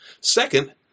Second